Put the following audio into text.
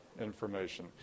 information